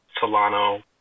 Solano